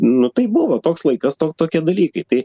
nu taip buvo toks laikas to tokie dalykai tai